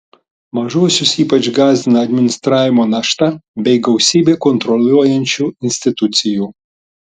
mažuosius ypač gąsdina administravimo našta bei gausybė kontroliuojančių institucijų